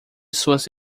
suas